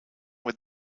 with